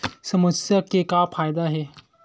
समस्या के का फ़ायदा हे?